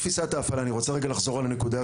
אני רוצה רגע לחזור על הנקודה הזו.